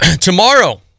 Tomorrow